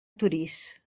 torís